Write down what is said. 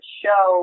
show